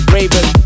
Raven